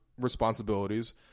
responsibilities